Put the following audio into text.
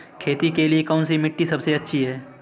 खेती के लिए कौन सी मिट्टी सबसे अच्छी है?